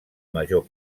major